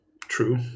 true